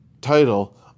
title